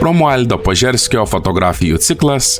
romualdo požerskio fotografijų ciklas